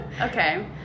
Okay